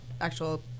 actual